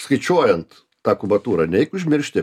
skaičiuojant tą kubatūrą neik užmiršti